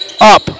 up